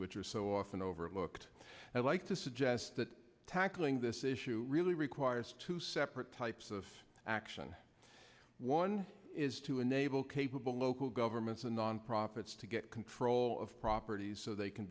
which are so often overlooked i'd like to suggest that tackling this issue really requires two separate types of action one is to enable capable local governments and nonprofits to get control of properties so they can